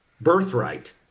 birthright